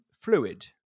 fluid